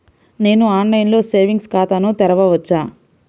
నేను ఆన్లైన్లో సేవింగ్స్ ఖాతాను తెరవవచ్చా?